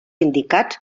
indicats